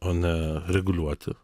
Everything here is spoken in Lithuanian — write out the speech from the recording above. o ne reguliuoti